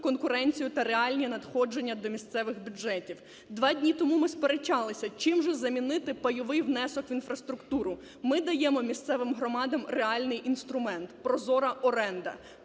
конкуренцію та реальні надходження до місцевих бюджетів. Два дні тому ми сперечалися, чим же замінити пайовий внесок в інфраструктуру, ми даємо місцевим громадам реальний інструмент – прозора оренда.